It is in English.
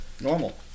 normal